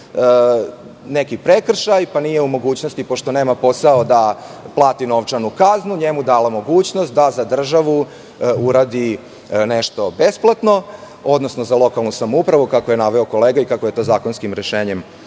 neki prekršaj, pa nije u mogućnosti, pošto nema posao da plati novčanu kaznu, njemu dala mogućnost da za državu uradi nešto besplatno, odnosno za lokalnu samoupravu, kako je naveo kolega i kako je to zakonskim rešenjem